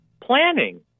planning